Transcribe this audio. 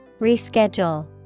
Reschedule